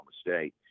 State